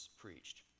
preached